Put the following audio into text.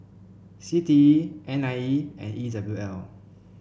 C T E N I E and E W L